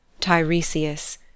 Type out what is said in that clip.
Tiresias